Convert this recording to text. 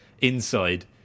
inside